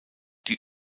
die